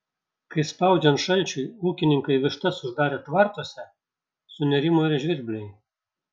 kai spaudžiant šalčiui ūkininkai vištas uždarė tvartuose sunerimo ir žvirbliai